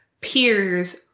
peers